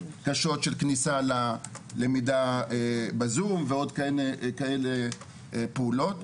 קשות של כניסה ללמידה בזום ועוד כאלה פעולות,